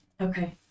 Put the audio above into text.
okay